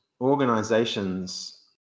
organizations